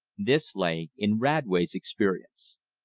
this lay in radway's experience.